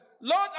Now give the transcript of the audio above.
Lord